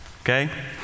Okay